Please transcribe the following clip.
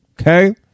Okay